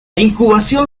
incubación